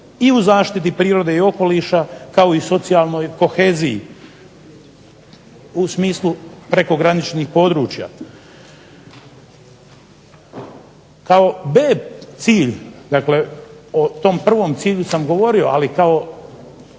i u zaštiti prirode i okoliša, kao i socijalnoj koheziji u smislu prekograničnih područja. Kao B cilj, dakle o tom prvom cilju sam govorio, ali kao